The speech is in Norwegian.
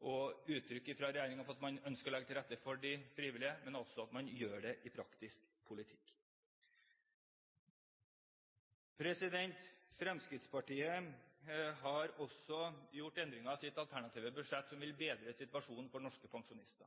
og uttrykk om at man ønsker å legge til rette for de frivillige, men at man også gjør det i praktisk politikk. Fremskrittspartiet har også gjort endringer i sitt alternative budsjett som vil bedre situasjonen for norske pensjonister.